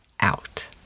out